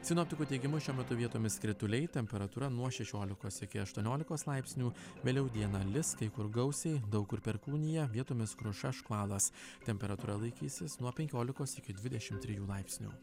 sinoptikų teigimu šiuo metu vietomis krituliai temperatūra nuo šešiolikos iki aštuoniolikos laipsnių vėliau dieną lis kai kur gausiai daug kur perkūnija vietomis kruša škvalas temperatūra laikysis nuo penkiolikos iki dvidešim trijų laipsnių